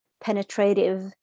penetrative